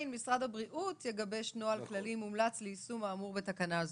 "משרד הבריאות יגבש נוהל כללי מומלץ ליישום האמור בתקנה זו".